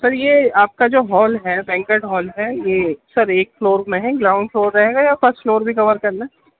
سریہ آپ کا جو ہال ہے وینکٹ ہال ہے یہ سر ایک فلور میں ہے گراؤنڈ فلور رہے گا یا فسٹ فلور بھی کور کرنا ہے